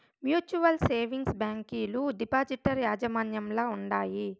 mutual savings బ్యాంకీలు depositor యాజమాన్యంల ఉండాయి